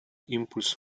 импульс